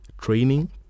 training